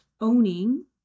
owning